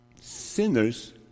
sinners